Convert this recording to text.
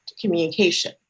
communication